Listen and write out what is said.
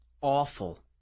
Awful